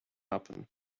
happen